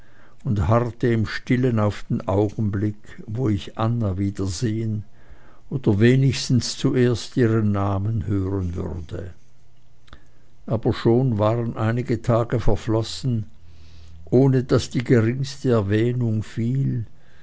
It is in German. und harrte im stillen auf den augenblick wo ich anna wiedersehen oder wenigstens zuerst ihren namen hören würde aber schon waren einige tage verflossen ohne daß die geringste erwähnung fiel